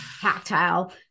tactile